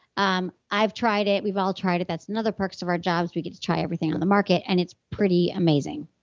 um i've tried it. we've all tried it. that's another perks of our job is we get to try everything on the market, and it's pretty amazing